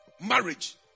Marriage